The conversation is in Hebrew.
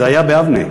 זה היה ביבנה.